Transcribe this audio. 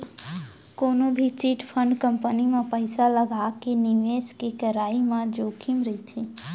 कोनो भी chit fund company म पइसा लगाके निवेस के करई म जोखिम रहिथे